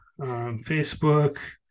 Facebook